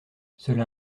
cela